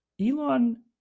Elon